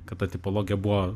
kad ta tipologija buvo